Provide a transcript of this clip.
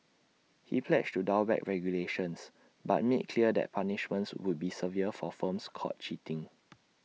he pledged to dial back regulations but made clear that punishments would be severe for firms caught cheating